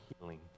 healing